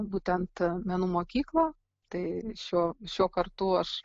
būtent menų mokyklą tai šio šiuo kartu aš